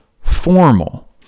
formal